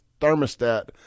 thermostat